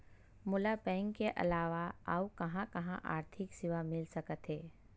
मोला बैंक के अलावा आऊ कहां कहा आर्थिक सेवा मिल सकथे?